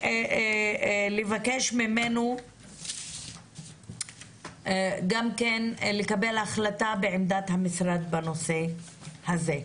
ונבקש ממנו גם לקבל החלטה בעמדת המשרד בנושא הזה.